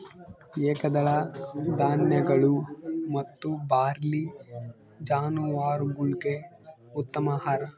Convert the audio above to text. ಏಕದಳ ಧಾನ್ಯಗಳು ಮತ್ತು ಬಾರ್ಲಿ ಜಾನುವಾರುಗುಳ್ಗೆ ಉತ್ತಮ ಆಹಾರ